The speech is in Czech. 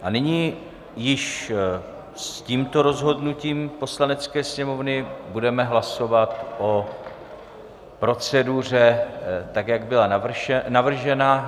A nyní již s tímto rozhodnutím Poslanecké sněmovny budeme hlasovat o proceduře tak, jak byla navržena.